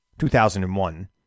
2001